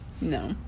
No